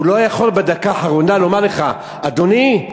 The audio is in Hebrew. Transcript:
הוא לא יכול בדקה האחרונה לומר לך: אדוני,